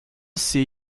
see